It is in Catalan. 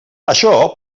això